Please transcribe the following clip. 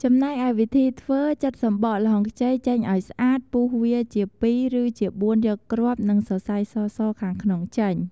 ចំណែកឯវិធីធ្វើ ចិតសម្បក ល្ហុងខ្ចី ចេញឲ្យស្អាតពុះវាជាពីរ ឬជាបួនយកគ្រាប់ និងសរសៃសៗខាងក្នុងចេញ។